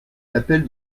l’appel